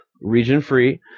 region-free